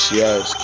yes